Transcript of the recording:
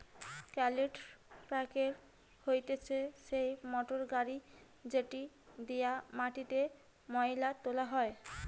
কাল্টিপ্যাকের হতিছে সেই মোটর গাড়ি যেটি দিয়া মাটিতে মোয়লা তোলা হয়